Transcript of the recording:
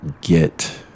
get